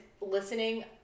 listening